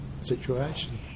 situation